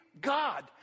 God